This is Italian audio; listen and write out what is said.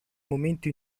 momento